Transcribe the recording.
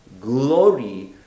glory